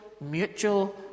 mutual